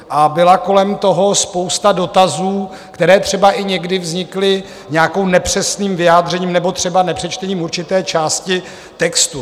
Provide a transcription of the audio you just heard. A byla kolem toho spousta dotazů, které třeba i někdy vznikly nějakým nepřesným vyjádřením nebo třeba nepřečtením určité části textu.